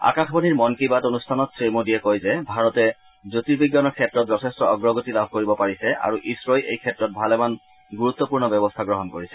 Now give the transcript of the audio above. আকাশবাণীৰ মন কি বাত অনুষ্ঠানত শ্ৰী মোডীয়ে কয় যে ভাৰতে জ্যোতিষবিজ্ঞানৰ ক্ষেত্ৰত যথেষ্ঠ অগ্ৰগতি লাভ কৰিব পাৰিছে আৰু ইছৰোই এই ক্ষেত্ৰত ভালেমান গুৰুত্বপূৰ্ণ পদক্ষেপ গ্ৰহণ কৰিছে